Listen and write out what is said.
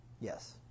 Yes